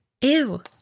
Ew